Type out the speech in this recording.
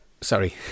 sorry